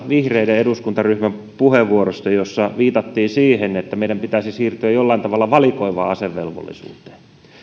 vihreiden eduskuntaryhmän puheenvuoroa jossa viitattiin siihen että meidän pitäisi siirtyä jollain tavalla valikoivaan asevelvollisuuteen